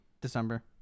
December